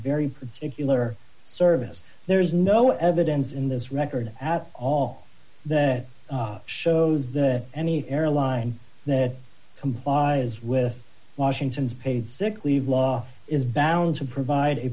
very particular service there's no evidence in this record at all that shows that any airline that complies with washington's paid sick leave law is bound to provide a